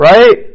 Right